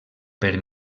per